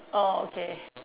orh okay